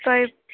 تۄہہِ